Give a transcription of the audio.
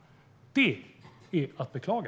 Det är att beklaga.